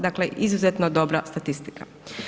Dakle izuzetno dobra statistika.